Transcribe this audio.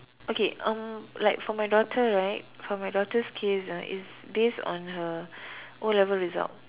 okay uh like for my daughter right for my daughter's case ah it's based on her O-level result